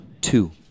two